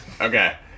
Okay